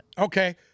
Okay